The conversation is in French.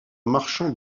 marchand